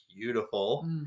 beautiful